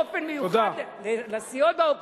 הודיתי באופן מיוחד לסיעות באופוזיציה